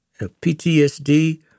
PTSD